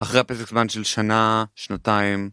אחרי הפסק זמן של שנה, שנתיים.